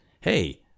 hey